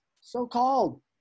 so-called